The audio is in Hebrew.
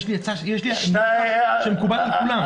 יש לי עצה שמקובלת על כולם.